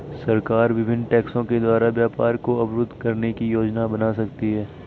सरकार विभिन्न टैक्सों के द्वारा व्यापार को अवरुद्ध करने की योजना बना सकती है